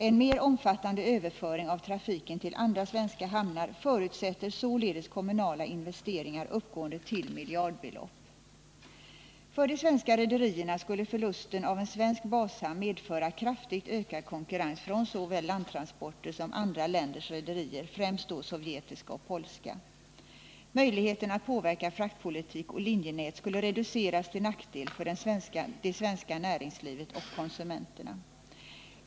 En mer omfattande överföring av trafiken till andra svenska hamnar förutsätter således kommunala investeringar uppgående till miljardbelopp. För de svenska rederierna skulle förlusten av en svensk bashamn medföra kraftigt ökad konkurrens från såväl landtransporter som andra länders rederier, främst då sovjetiska och polska. Möjligheten att påverka fraktpolitik och linjenät skulle reduceras till nackdel för det svenska näringslivet och konsumenterna.